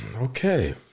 Okay